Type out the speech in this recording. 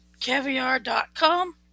Caviar.com